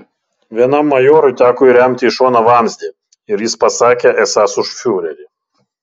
vienam majorui teko įremti į šoną vamzdį ir jis pasakė esąs už fiurerį